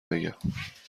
بگم